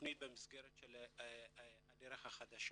התכנית במסגרת "הדרך החדשה".